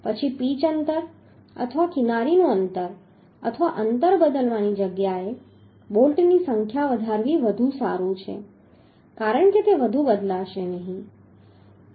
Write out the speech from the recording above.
પછી પિચનું અંતર અથવા કિનારીનું અંતર અથવા અંતર બદલવાની જગ્યાએ બોલ્ટની સંખ્યા વધારવી વધુ સારું છે કારણ કે તે વધુ બદલાશે નહીં